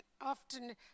often